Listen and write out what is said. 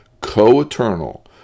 co-eternal